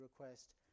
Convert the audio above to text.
request